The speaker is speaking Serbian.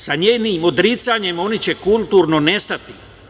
Sa njenim odricanjem, oni će kulturno nestati.